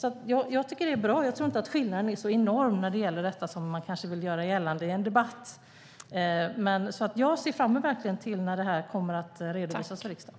Jag tycker att det är bra, och jag tror inte att skillnaden är så enorm när det gäller detta som man kanske vill göra gällande i en debatt. Jag ser verkligen fram emot när det här kommer att redovisas i riksdagen.